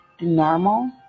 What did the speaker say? normal